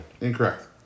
Incorrect